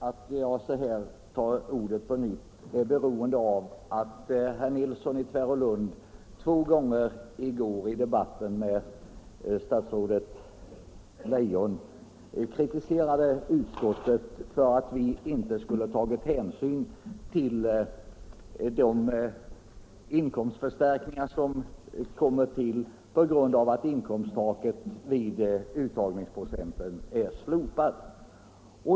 Herr talman! Att jag tar till orda på nytt beror på att herr Nilsson i Tvärålund två gånger i går i debatten med fru statsrådet Leijon kritiserade oss i utskottet för att vi inte skulle ha tagit hänsyn till de inkomstförstärkningar som uppkommer på grund av att inkomsttaket vid uttagningsprocenten är slopat.